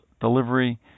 delivery